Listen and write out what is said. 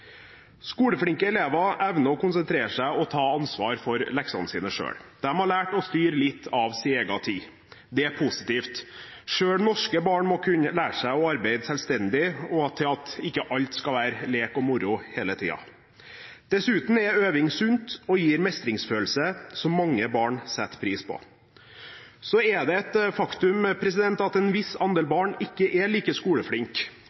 Skoleflinke elever evner å konsentrere seg og ta ansvar for leksene sine selv. De har lært å styre litt av sin egen tid, og det er positivt. Selv norske barn må kunne lære seg å arbeide selvstendig, og at ikke alt skal være lek og moro hele tiden. Dessuten er øving sunt og gir mestringsfølelse, som mange barn setter pris på. Så er det et faktum at en viss andel barn ikke er like